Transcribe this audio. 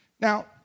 Now